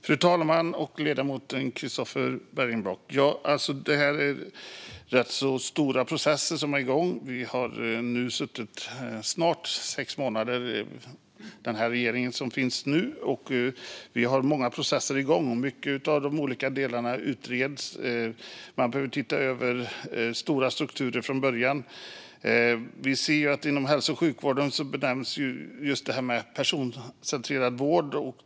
Fru talman och ledamoten Christofer Bergenblock! Det är rätt stora processer som är igång. Den nuvarande regeringen har nu suttit i snart sex månader, och vi har många processer igång. Många av de olika delarna utreds. Man behöver titta över stora strukturer från början. Inom hälso och sjukvården nämns just personcentrerad vård.